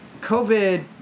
COVID